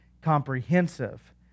comprehensive